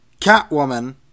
Catwoman